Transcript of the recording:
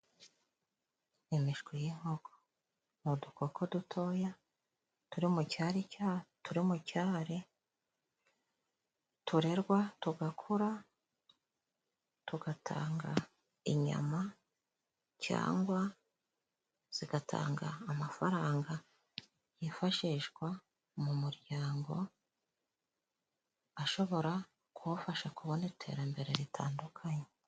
Imishwi y'inkoko ni dukoko dutoya turi mu cyari turerwa tugakura tugatanga inyama, cyangwa zigatanga amafaranga yifashishwa mu muryango ashobora kuwufasha kubona iterambere ritandukanye.